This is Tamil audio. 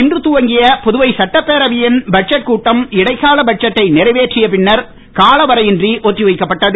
இன்று துவங்கிய புதுவை சட்டப்பேரவையின் பட்ஜெட் கூட்டம் இடைக்கால பட்ஜெட்டை நிறைவேற்றிய பின்னர் காலவரையறையின்றி ஒத்திவைக்கப்பட்டது